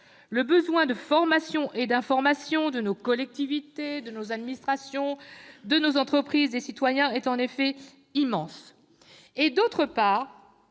le besoin de formation et d'information de nos collectivités, de nos administrations, de nos entreprises et de nos concitoyens est en effet immense -; d'autre part,